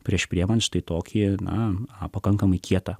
prieš priimant štai tokį na pakankamai kietą